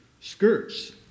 skirts